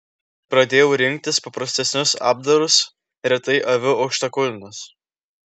pradėjau rinktis paprastesnius apdarus retai aviu aukštakulnius